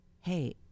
Hey